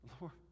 Lord